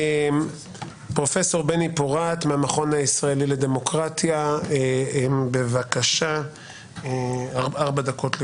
והרבה קואליציות להתקדם באפיק שהומלץ על ידיכם של